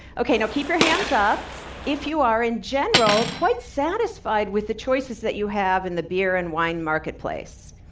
okay, you know keep your hands up if you are in general quite satisfied with the choices that you have in the beer and wine marketplace.